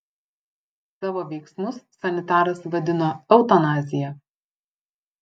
savo veiksmus sanitaras vadino eutanazija